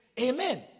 Amen